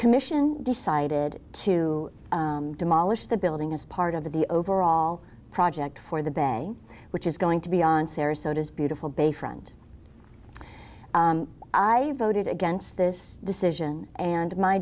commission decided to demolish the building as part of the overall project for the bed which is going to beyond sarasota is beautiful bayfront i voted against this decision and my